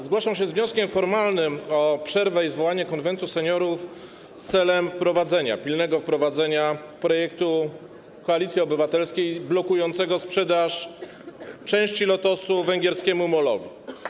Zgłaszam się z wnioskiem formalnym o przerwę i zwołanie Konwentu Seniorów celem wprowadzenia, pilnego wprowadzenia, projektu Koalicji Obywatelskiej blokującego sprzedaż części Lotosu węgierskiemu MOL-owi.